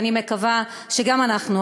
ואני מקווה שגם אנחנו,